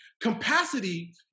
Capacity